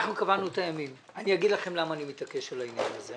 אנחנו קבענו את הימים ואני אגיד לכם למה אני מתעקש על העניין הזה,